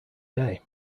day